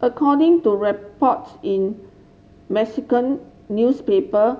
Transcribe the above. according to reports in Mexican newspaper